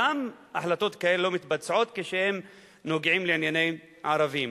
גם החלטות כאלה לא מתבצעות כשהן נוגעות לענייני ערבים.